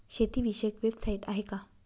शेतीविषयक वेबसाइट आहे का?